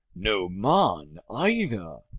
no man either!